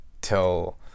till